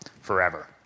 forever